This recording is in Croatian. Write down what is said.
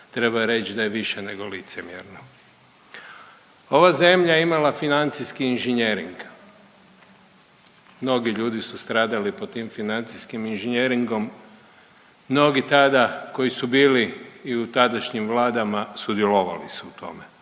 treba reći da je više nego licemjerno. Ova zemlja je imala financijski inženjering. Mnogi ljudi su stradali pod tim financijskim inžinjeringom. Mnogi tada koji su bili i u tadašnjim vladama sudjelovali su u tome,